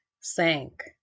sank